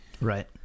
Right